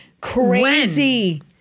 Crazy